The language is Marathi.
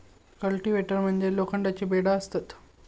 कल्टिवेटर मध्ये लोखंडाची ब्लेडा असतत